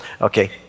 Okay